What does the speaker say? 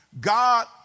God